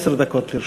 עשר דקות לרשותך.